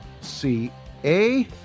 C-A